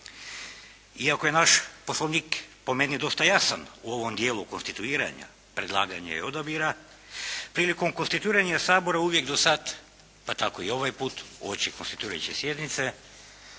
Iako je naš Poslovnik po meni dosta jasan u ovom dijelu konstituiranja, predlaganja i odabira, prilikom konstituiranja Sabora uvijek do sad pa tako i ovaj put uoči konstituirajuće sjednice